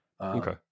Okay